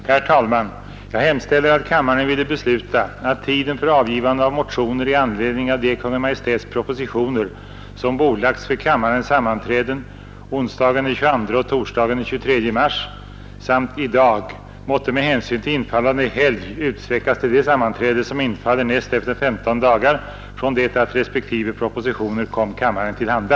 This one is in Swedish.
Herr talman! Jag hemställer, att kammaren ville besluta att tiden för avgivande av motioner i anledning av de Kungl. Maj:ts propositioner som bordlagts vid kammarens sammanträden onsdagen den 22 och torsdagen den 23 mars och i dag måtte med hänsyn till infallande helg utsträckas till det sammanträde, som infaller näst efter 15 dagar från det respektive propositioner kom kammaren till handa.